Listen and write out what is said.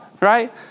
right